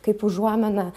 kaip užuomina